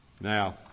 Now